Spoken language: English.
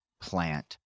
plant